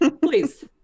Please